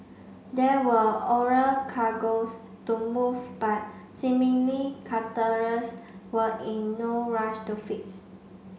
there were oral cargoes to move but seemingly were in no rush to fix